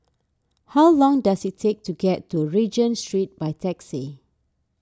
how long does it take to get to Regent Street by taxi